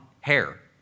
hair